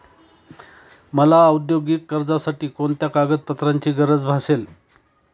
मला औद्योगिक कर्जासाठी कोणत्या कागदपत्रांची गरज भासेल?